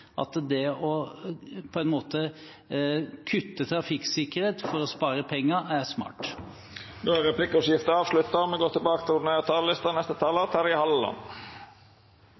at det å på en måte kutte trafikksikkerhet for å spare penger er smart. Replikkordskiftet er avslutta. I dag skal vi